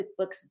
QuickBooks